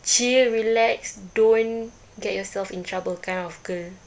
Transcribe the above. chill relax don't get yourself in trouble kind of girl